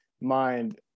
mind